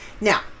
Now